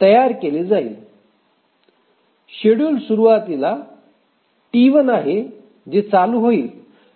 तयार केले जाईल शेड्युल सुरुवातीला T 1 आहे जे चालू होईल